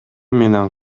менен